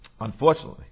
Unfortunately